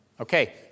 Okay